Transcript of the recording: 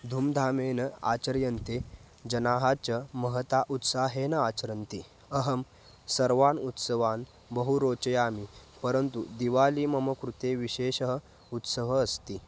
धूम् धामेन आचर्यन्ते जनाः च महता उत्साहेन आचरन्ति अहं सर्वान् उत्सवान् बहु रोचयामि परन्तु दिवाली मम कृते विशेषः उत्सवः अस्ति